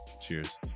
Cheers